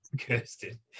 kirsten